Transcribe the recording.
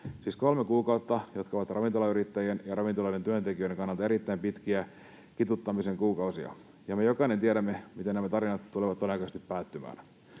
siis kolme kuukautta, jotka ovat ravintolayrittäjien ja ravintoloiden työntekijöiden kannalta erittäin pitkiä kituuttamisen kuukausia, ja me jokainen tiedämme, miten nämä tarinat tulevat todennäköisesti päättymään.